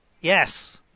Yes